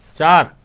चार